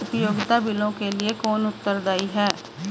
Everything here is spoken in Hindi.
उपयोगिता बिलों के लिए कौन उत्तरदायी है?